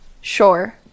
Sure